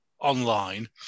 online